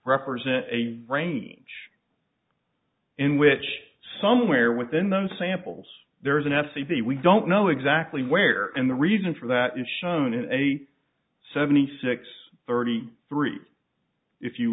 represent a range in which somewhere within those samples there is an f c b we don't know exactly where and the reason for that is shown in a seventy six thirty three if you